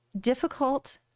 difficult